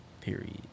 period